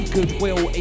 Goodwill